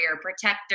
protector